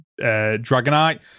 Dragonite